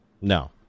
No